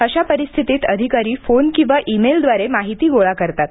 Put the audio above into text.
अशा परिस्थितीत अधिकारी फोन किंवा ई मेलद्वारे माहिती गोळा करतात